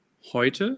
heute